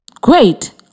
Great